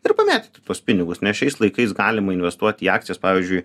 ir pamėtyti tuos pinigus nes šiais laikais galima investuoti į akcijas pavyzdžiui